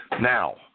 Now